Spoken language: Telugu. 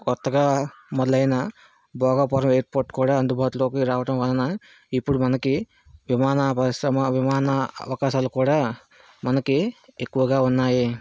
కొత్తగా మొదలైన భోగాపురం ఎయిర్పోర్ట్ కూడా అందుబాటులోకి రావటం వలన ఇప్పుడు మనకి విమాన పరిశ్రమ విమాన అవకాశాలు కూడా మనకి ఎక్కువగా ఉన్నాయి